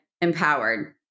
empowered